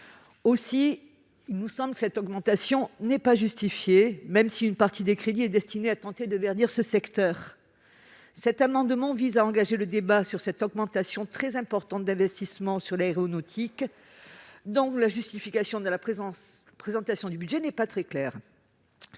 à 270 millions d'euros. Cette augmentation ne semble pas justifiée, même si une partie de ces crédits est destinée à tenter de verdir le secteur. Cet amendement vise à engager le débat sur cette augmentation très importante des investissements dans l'aéronautique, dont la justification dans la présentation du budget n'est pas claire.